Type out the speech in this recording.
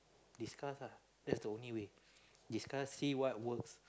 discuss ah that's the only way discuss see what works